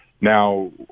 Now